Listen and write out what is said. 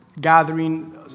gathering